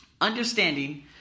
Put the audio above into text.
understanding